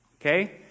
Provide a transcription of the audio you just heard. Okay